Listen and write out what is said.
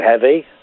heavy